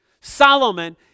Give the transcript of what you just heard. Solomon